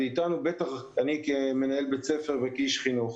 ובטח לי כמנהל בית-ספר ואיש חינוך.